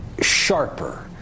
sharper